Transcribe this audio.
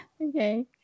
Okay